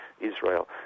Israel